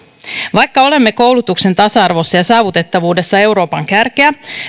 vaikka olemme koulutuksen tasa arvossa ja saavutettavuudessa euroopan kärkeä